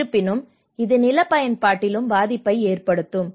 இருப்பினும் இது நில பயன்பாட்டிலும் பாதிப்பை ஏற்படுத்தும்